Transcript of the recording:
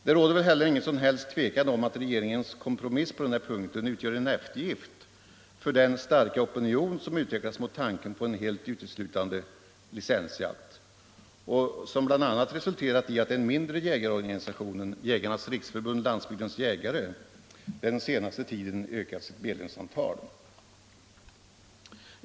Det råder väl heller inget som helst tvivel om att regeringens kompromiss på den här punkten utgör en eftergift för den starka opinion som utvecklats mot tanken på uteslutande licensjakt — och som bl.a. resulterat i att den mindre jägarorganisationen, Jägarnas riksförbund Landsbygdens jägare, den senaste tiden ökat sitt medlemsantal.